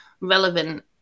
relevant